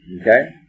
Okay